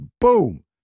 boom